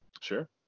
Sure